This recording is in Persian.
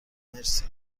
مرسی